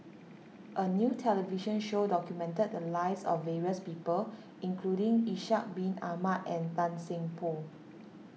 a new television show documented the lives of various people including Ishak Bin Ahmad and Tan Seng Poh